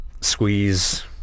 squeeze